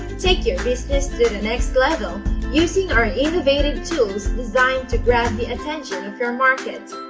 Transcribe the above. take your business to the next level using our innovative tools designed to grab the attention of your market,